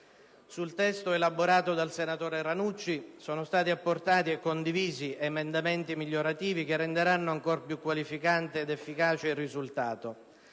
Sul testo elaborato dal senatore Ranucci sono stati apportati e condivisi emendamenti migliorativi che renderanno ancor più qualificante ed efficace il risultato.